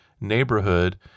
neighborhood